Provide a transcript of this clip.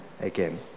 again